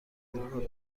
بیرون